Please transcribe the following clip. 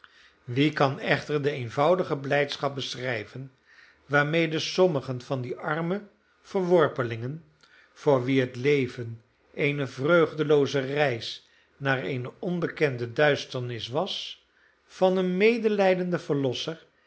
wie kan echter de eenvoudige blijdschap beschrijven waarmede sommigen van die arme verworpelingen voor wie het leven eene vreugdelooze reis naar eene onbekende duisternis was van een medelijdenden